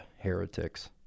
heretics